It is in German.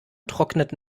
trocknet